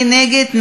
מי נגד?